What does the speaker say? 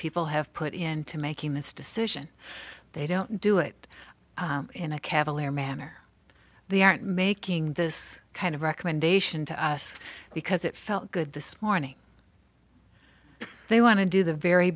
people have put into making this decision they don't do it in a cavalier manner they aren't making this kind of recommendation to us because it felt good this morning they want to do the very